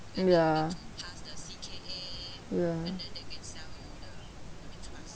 ya ya